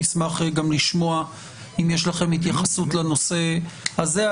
ונשמח לשמוע מכם התייחסות לנושא הזה.